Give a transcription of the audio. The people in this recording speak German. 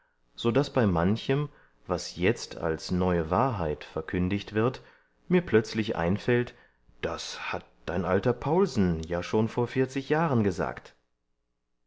so daß bei manchem was jetzt als neue wahrheit verkündigt wird mir plötzlich einfällt das hat dein alter paulsen ja schon vor vierzig jahren gesagt